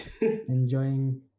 enjoying